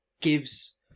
gives